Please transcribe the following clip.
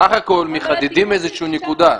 סך הכל מחדדים איזו שהיא נקודה.